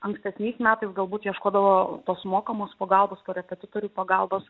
ankstesniais metais galbūt ieškodavo tos mokamos pagalbos korepetitorių pagalbos